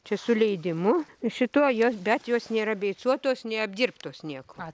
čia su leidimu šituo jos bet jos nėra beicuotos neapdirbtos niekuo